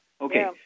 Okay